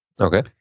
Okay